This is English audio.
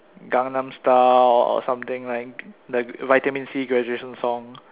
Gangnam style or something like like vitamin-C graduation song